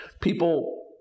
people